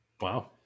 Wow